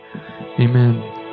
Amen